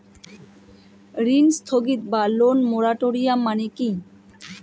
ঋণ স্থগিত বা লোন মোরাটোরিয়াম মানে কি?